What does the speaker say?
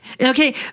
Okay